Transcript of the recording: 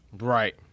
right